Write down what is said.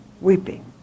weeping